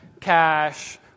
cash